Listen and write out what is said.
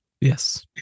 yes